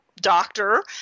Doctor